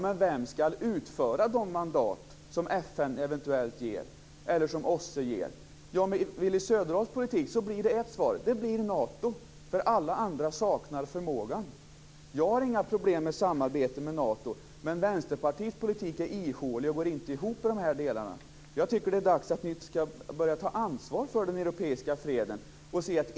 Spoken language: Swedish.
Men vem skall utföra de mandat som FN eventuellt ger eller som OSSE ger? Med Willy Söderdahls politik blir det Nato, för alla andra saknar förmåga. Jag har inga problem med ett samarbete med Nato, men Vänsterpartiets politik är ihålig och går inte ihop i de här delarna. Jag tycker att det är dags att ni börjar ta ansvar för den europeiska freden.